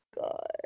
God